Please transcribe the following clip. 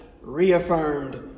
reaffirmed